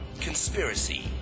Conspiracy